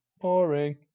Boring